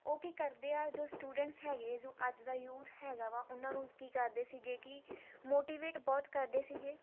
ਉਹ ਕੀ ਕਰਦੇ ਆ ਜੋ ਸਟੂਡੈਂਟਸ ਹੈਗੇ ਜੋ ਅੱਜ ਦਾ ਯੂਥ ਹੈਗਾ ਵਾ ਉਹਨਾਂ ਨੂੰ ਕੀ ਕਰਦੇ ਸੀਗੇ ਕਿ ਮੋਟੀਵੇਟ ਬਹੁਤ ਕਰਦੇ ਸੀਗੇ